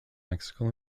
mexico